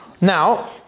Now